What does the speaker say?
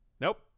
Nope